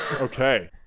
okay